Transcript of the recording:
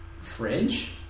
fridge